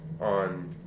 on